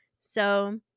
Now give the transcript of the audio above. So-